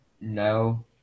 no